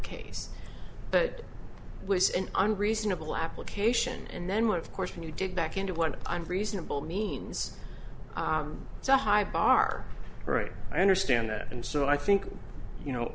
case but it was an unreasonable application and then one of course when you dig back into what i'm reasonable means it's a high bar right i understand and so i think you know